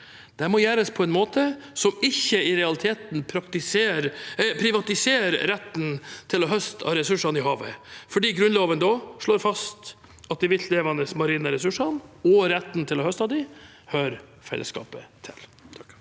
Dette må gjøres på en måte som ikke i realiteten privatiserer retten til å høste av ressursene i havet, fordi Grunnloven da slår fast at de viltlevende marine ressursene og retten til å høste av dem, hører fellesskapet til.